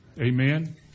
amen